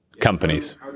companies